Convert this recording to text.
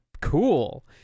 cool